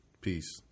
peace